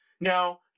Now